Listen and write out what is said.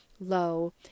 low